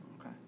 Okay